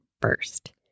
first